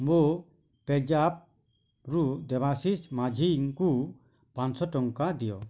ମୋ ପେଜାପ୍ରୁ ଦେବାଶିଷ ମାଝୀଙ୍କୁ ପାଞ୍ଚ ଶହ ଟଙ୍କା ଦିଅ